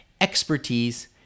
expertise